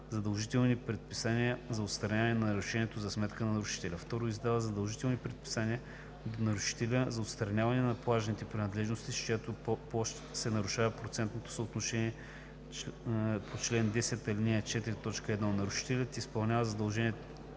задължителни предписания за отстраняване на нарушението за сметка на нарушителя; 2. издава задължителни предписания до нарушителя за отстраняване на плажните принадлежности, с чиято площ се нарушава процентното съотношение по чл. 10, ал. 4, т. 1; нарушителят изпълнява задължителното